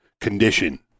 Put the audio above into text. condition